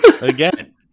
again